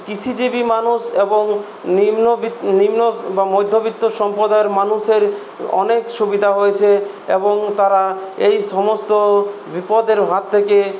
কৃষিজীবি মানুষ এবং নিম্ন বা মধ্যবিত্ত সম্প্রদায়ের মানুষের অনেক সুবিধা হয়েছে এবং তারা এই সমস্ত বিপদের হাত থেকে